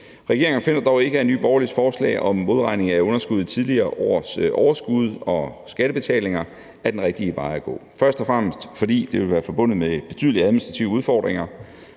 Regeringen finder dog ikke, at Nye Borgerliges forslag om modregning af underskud i tidligere års overskud og skattebetalinger er den rigtige vej at gå. Det er først og fremmest, fordi det vil være forbundet med betydelige administrative udfordringer.